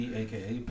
aka